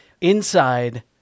inside